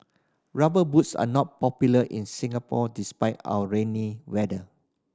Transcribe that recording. Rubber Boots are not popular in Singapore despite our rainy weather